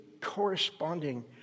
corresponding